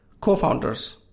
co-founders